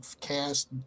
cast